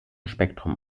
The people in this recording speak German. spektrum